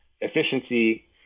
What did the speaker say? efficiency